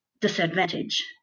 disadvantage